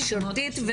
חברתית.